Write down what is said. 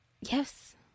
Yes